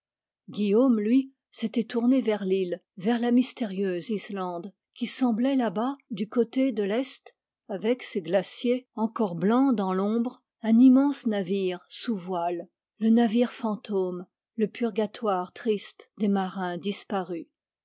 guillaume lui s'était tourné vers l'île vers la mystérieuse islande qui semblait là-bas du côté de l'est avec ses glaciers encore blancs dans l'ombre un immense navire sous voiles le navire fantôme le purgatoire triste des marins disparus